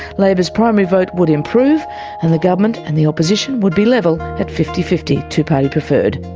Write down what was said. labor's primary vote would improve and the government and the opposition would be level at fifty fifty, two-party preferred.